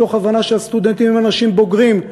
מתוך הבנה שהסטודנטים הם אנשים בוגרים.